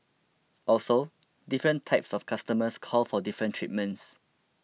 also different types of customers call for different treatments